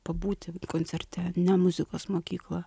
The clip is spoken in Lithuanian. pabūti koncerte ne muzikos mokykla